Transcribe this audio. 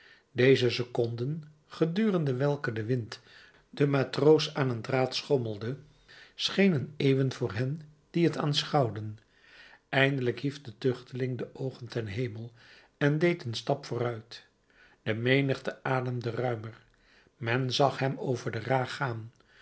deze seconden gedurende welke de wind den matroos aan een draad schommelde schenen eeuwen voor hen die t aanschouwden eindelijk hief de tuchteling de oogen ten hemel en deed een stap vooruit de menigte ademde ruimer men zag hem over de ra gaan